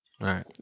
right